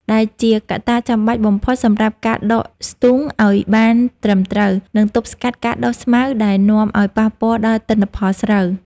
ដែលជាកត្តាចាំបាច់បំផុតសម្រាប់ការដកស្ទូងឱ្យបានត្រឹមត្រូវ និងទប់ស្កាត់ការដុះស្មៅដែលនាំឱ្យប៉ះពាល់ដល់ទិន្នផលស្រូវ។